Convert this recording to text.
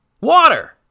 Water